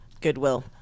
Goodwill